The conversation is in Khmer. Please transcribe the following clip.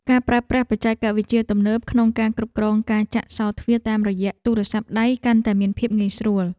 ការប្រើប្រាស់បច្ចេកវិទ្យាទំនើបក្នុងការគ្រប់គ្រងការចាក់សោរទ្វារតាមរយៈទូរស័ព្ទដៃកាន់តែមានភាពងាយស្រួល។